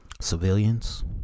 civilians